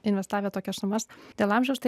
investavę tokias sumas dėl amžiaus tai